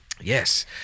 Yes